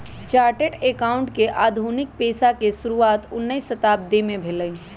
chartered accountant के आधुनिक पेशा के शुरुआत उनइ शताब्दी में भेलइ